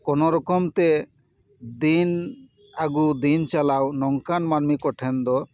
ᱠᱳᱱᱳ ᱨᱚᱠᱚᱢ ᱛᱮ ᱫᱤᱱ ᱟᱜᱩ ᱫᱤᱱ ᱪᱟᱞᱟᱣ ᱱᱚᱝᱠᱟᱱ ᱢᱟᱹᱱᱢᱤ ᱠᱚᱴᱷᱮᱱ ᱫᱚ